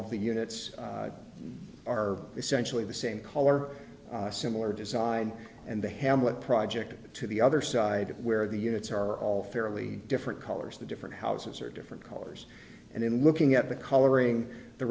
the units are essentially the same color similar design and the hamlet project to the other side where the units are all fairly different colors the different houses are different colors and in looking at the coloring the